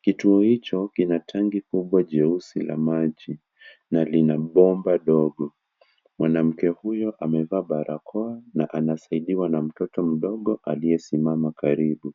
Kituo hicho kina tangi kubwa jeusi cha maji na lina bomba ndogo. Mwanamke huyo amevaa barakoa na anasaidiwa na mtoto mdogo aliyesimama karibu.